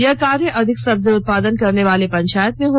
यह कार्य अधिक सब्जी उत्पादन करने वाले पंचायत में हो